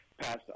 passed